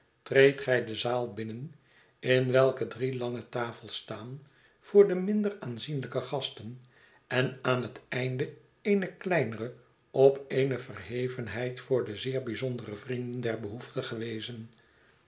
treedt gij de zaal binnen in welke drie lange tafels staan voor de minder aanzienlijke gasten en aan het einde eene kleinere op eene verhevenheid voor de zeer bijzondere vrienden der behoeftige weezen